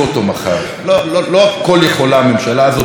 לא הכול יכולה הממשלה הזאת,